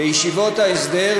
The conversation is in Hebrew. לישיבות ההסדר,